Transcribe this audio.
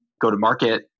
go-to-market